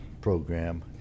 program